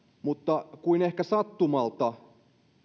mutta kuin ehkä sattumalta